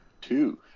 Two